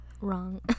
Wrong